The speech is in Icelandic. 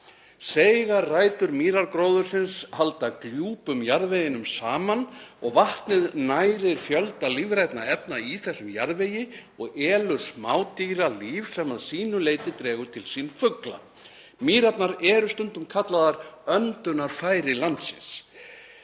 Seigar rætur mýragróðursins halda gljúpum jarðveginum saman og vatnið nærir fjölda lífrænna efna í þessum jarðvegi og elur smádýralíf sem að sínu leyti dregur til sín fugla. Mýrarnar eru stundum kallaðar öndunarfæri landsins.